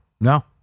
no